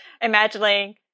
imagining